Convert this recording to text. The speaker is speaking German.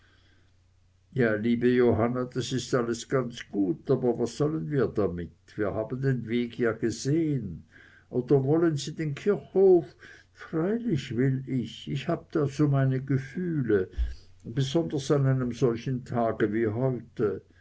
ja liebe johanna das ist alles ganz gut aber was sollen wir damit wir haben ja den weg gesehen oder wollen sie den kirchhof freilich will ich ich habe da so meine gefühle besonders an solchem tage wie heute